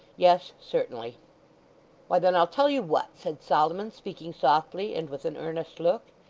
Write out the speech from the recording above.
yes. certainly why then, i'll tell you what said solomon, speaking softly and with an earnest look.